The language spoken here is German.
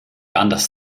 anders